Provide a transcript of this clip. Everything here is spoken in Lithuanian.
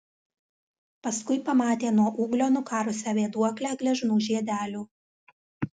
paskui pamatė nuo ūglio nukarusią vėduoklę gležnų žiedelių